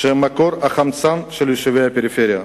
שהם מקור החמצן של יישובי הפריפריה.